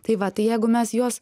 tai va tai jeigu mes juos